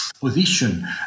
position